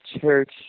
church